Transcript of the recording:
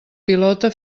pilota